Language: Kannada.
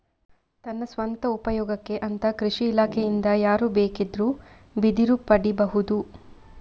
ತನ್ನ ಸ್ವಂತ ಉಪಯೋಗಕ್ಕೆ ಅಂತ ಕೃಷಿ ಇಲಾಖೆಯಿಂದ ಯಾರು ಬೇಕಿದ್ರೂ ಬಿದಿರು ಪಡೀಬಹುದು